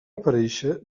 aparèixer